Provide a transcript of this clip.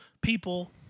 people